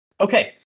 Okay